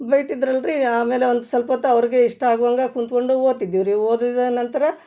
ಬೈತಿದ್ದರಲ್ರೀ ಆಮೇಲೆ ಒಂದು ಸ್ವಲ್ಪೊತ್ತು ಅವ್ರಿಗೆ ಇಷ್ಟ ಆಗುವಂಗೆ ಕೂತ್ಕೊಂಡು ಓದ್ತಿದ್ದಿವಿ ರೀ ಓದಿದ ನಂತರ